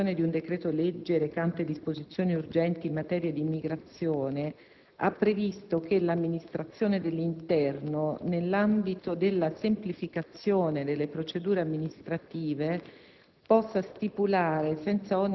che ha convertito il decreto-legge n. 241 del 2004, recante disposizioni urgenti in materia di immigrazione, ha previsto che l'amministrazione dell'interno, nell'ambito della semplificazione delle procedure amministrative,